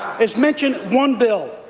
is mention one bill,